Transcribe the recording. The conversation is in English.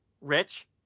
Rich